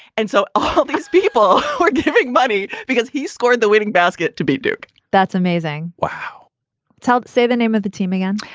and so all these people were giving money because he scored the winning basket to beat duke that's amazing. wow i'll say the name of the team again,